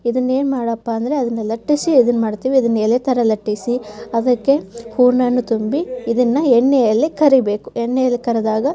ಇದನ್ನು ಏನು ಮಾಡಪ್ಪ ಅಂದರೆ ಅದನ್ನು ಲಟ್ಟಿಸಿ ಇದನ್ನು ಮಾಡ್ತೀವಿ ಇದನ್ನ ಎಲೆ ಥರ ಲಟ್ಟಿಸಿ ಅದಕ್ಕೆ ಹೂರಣವನ್ನು ತುಂಬಿ ಇದನ್ನು ಎಣ್ಣೆಯಲ್ಲಿ ಕರಿಬೇಕು ಎಣ್ಣೆಯಲ್ಲಿ ಕರೆದಾಗ